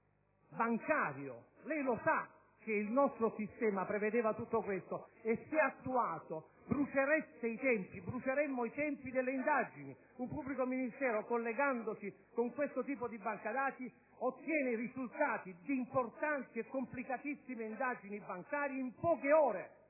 del sistema bancario. Lei sa che il nostro sistema prevedeva tutto questo e che, se attuato, bruceremmo i tempi delle indagini? Un pubblico ministero, collegandosi con quel tipo di banca dati, ottiene risultati di importanti e complicatissime indagini bancarie in pochi ore,